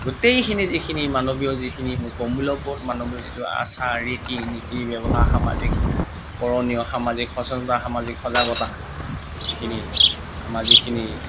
গোটেইখিনি যিখিনি মানৱীয় যিখিনি প্ৰমূল্যবোধ মানৱীয় যিটো আচাৰ ৰীতি নীতি ব্যৱহাৰ সামাজিক কৰণীয় সামাজিক সচেতনতা সামাজিক সজাগতা যিখিনি আমাৰ যিখিনি